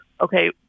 Okay